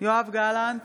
יואב גלנט,